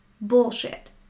bullshit